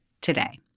today